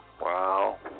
Wow